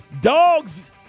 Dogs